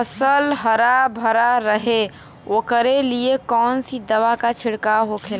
फसल हरा भरा रहे वोकरे लिए कौन सी दवा का छिड़काव होखेला?